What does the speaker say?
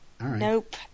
Nope